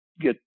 get